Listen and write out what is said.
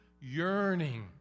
Yearning